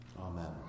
Amen